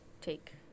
take